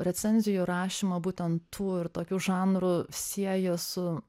recenzijų rašymą būtent tų ir tokių žanrų sieji su